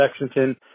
Lexington